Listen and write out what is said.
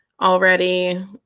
already